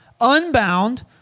unbound